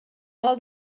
all